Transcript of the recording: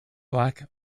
black